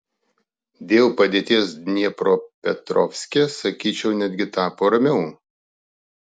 dėl padėties dniepropetrovske sakyčiau netgi tapo ramiau